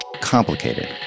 complicated